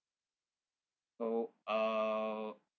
so uh